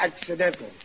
accidental